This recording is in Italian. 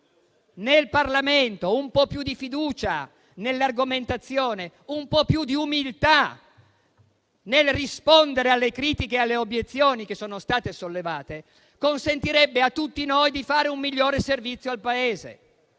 nel Parlamento, un po' più di fiducia nell'argomentazione, un po' più di umiltà nel rispondere alle critiche e alle obiezioni che sono state sollevate consentirebbe a tutti noi di fare un migliore servizio al Paese.